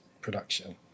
production